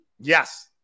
Yes